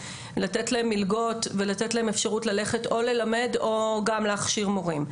לתת להם מלגות ולתת להם אפשרות ללכת או ללמד או גם להכשיר מורים.